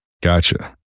Gotcha